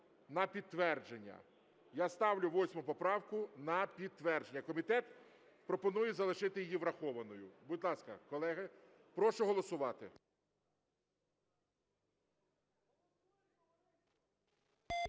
на підтвердження. Я ставлю 8 поправку на підтвердження. Комітет пропонує залишити її врахованою. Будь ласка, колеги, прошу голосувати.